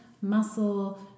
muscle